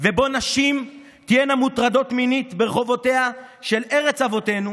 שבו נשים תהיינה מוטרדות מינית ברחובותיה של ארץ אבותינו